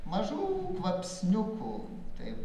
mažų kvapsniukų taip